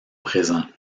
présent